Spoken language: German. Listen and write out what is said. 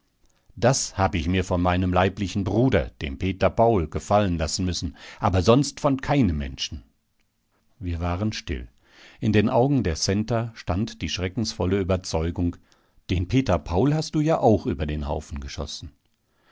das hab ich mir von meinem leiblichen bruder dem peter paul gefallen lassen müssen aber sonst von keinem menschen wir waren still in den augen der centa stand die schreckensvolle überzeugung den peter paul hast du ja auch über den haufen geschossen